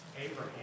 Abraham